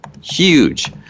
huge